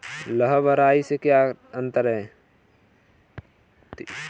लाह व राई में क्या अंतर है?